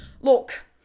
Look